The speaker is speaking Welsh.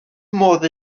modd